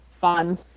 fun